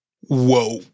Whoa